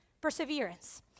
Perseverance